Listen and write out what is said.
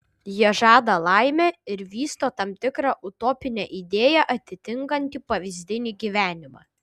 jie žada laimę ir vysto tam tikrą utopinę idėją atitinkantį pavyzdinį gyvenimą